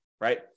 right